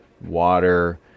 water